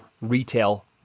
retail